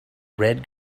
red